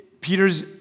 Peter's